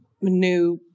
new